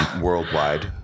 worldwide